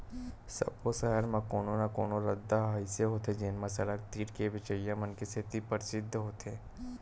सब्बो सहर म कोनो न कोनो रद्दा ह अइसे होथे जेन म सड़क तीर के बेचइया मन के सेती परसिद्ध होथे